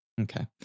Okay